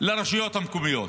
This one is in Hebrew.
לרשויות המקומיות,